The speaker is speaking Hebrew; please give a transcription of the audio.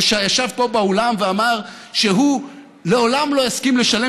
או שישב פה באולם ואמר שהוא לעולם לא יסכים לשלם